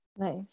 Nice